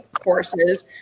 courses